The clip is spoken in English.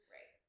Right